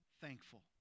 thankful